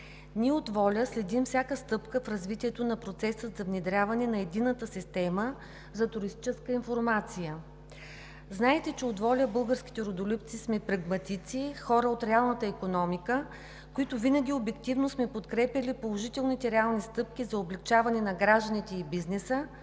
Ние от ВОЛЯ следим всяка стъпка в развитието на процеса за внедряване на Единната система за туристическа информация. Знаете, че от „ВОЛЯ – Българските Родолюбци“ сме прагматици, хора от реалната икономика, които винаги обективно сме подкрепяли положителните и реални стъпки за облекчаване на гражданите и бизнеса,